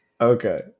Okay